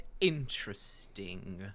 interesting